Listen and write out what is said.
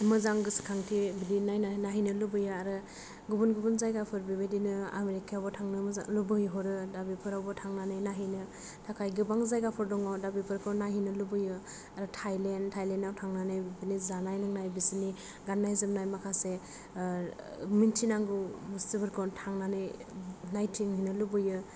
मोजां गोसोखांथि बिदि नायहैनो लुबैयो आरो गुबुन गुबुन जायगाफोर बेबायदिनो आमेरिकायावबो थांनो मोजां लुबै हरो दा बिफोरावबो थांनानै नायहैनो थाखाय गोबां जायगाफोर दं' दा बेफोरखौ नायहैनो लुबैयो आरो थाईलेण्ड आव थांनानै बेफोरनि जानाय लोंनाय बिसिनि गाननाय जोमनाय माखासे मोनथिनांगौ बसथुफोरखौ थांनानै नायथिं हैनो लुबैयो